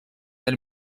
del